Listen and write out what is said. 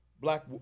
black